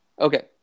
Okay